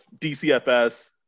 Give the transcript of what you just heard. DCFS